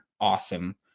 awesome